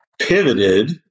pivoted